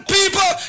people